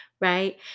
right